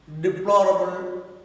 deplorable